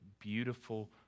beautiful